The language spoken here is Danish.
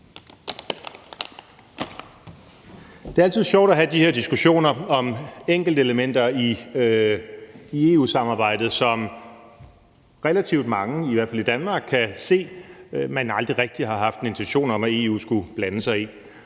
Det er altid sjovt at have de her diskussioner om enkeltelementer i EU-samarbejdet, som relativt mange, i hvert fald i Danmark, kan se man aldrig rigtig har haft en intention om at EU skulle blande sig i.